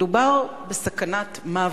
מדובר בסכנת מוות.